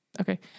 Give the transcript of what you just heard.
Okay